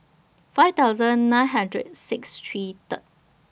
five thousand nine hundred six three Third